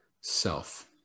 self